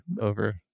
over